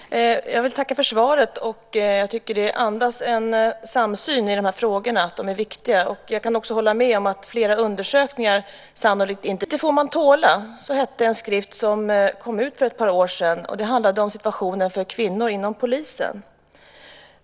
Fru talman! Jag vill tacka för svaret som jag tycker andas en samsyn om att dessa frågor är viktiga. Jag kan också hålla med om att det sannolikt inte behövs flera undersökningar, utan det behövs andra åtgärder. Skriften Lite får man tåla kom ut för ett par sedan. Den handlade om situationen för kvinnor inom polisen.